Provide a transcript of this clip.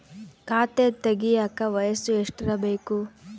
ಖಾತೆ ತೆಗೆಯಕ ವಯಸ್ಸು ಎಷ್ಟಿರಬೇಕು?